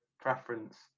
preference